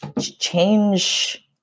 change